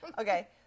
Okay